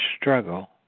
struggle